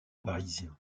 parisien